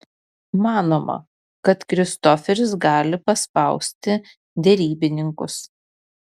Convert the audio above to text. manoma kad kristoferis gali paspausti derybininkus